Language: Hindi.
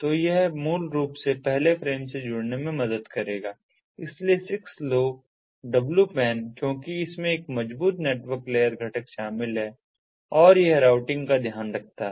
तो यह मूल रूप से पहले फ्रेम से जुड़ने में मदद करेगा इसलिए 6LoWPAN क्योंकि इसमें एक मजबूत नेटवर्क लेयर घटक शामिल है और यह राउटिंग का ध्यान रखता है